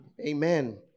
Amen